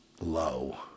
low